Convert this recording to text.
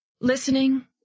Listening